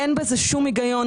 אין בזה שום הגיון.